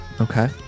okay